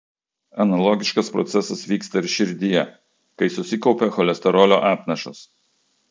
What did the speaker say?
analogiškas procesas vyksta ir širdyje kai susikaupia cholesterolio apnašos